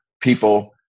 people